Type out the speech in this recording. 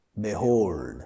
Behold